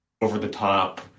over-the-top